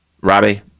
Robbie